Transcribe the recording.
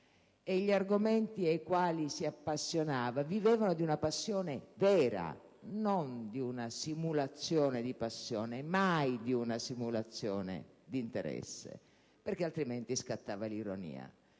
E gli argomenti ai quali si appassionava vivevano di una passione vera, non di una simulazione di passione, mai di una simulazione di interesse. Altrimenti scattava l'ironia.